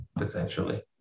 essentially